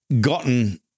gotten